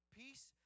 peace